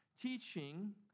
Teaching